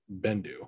bendu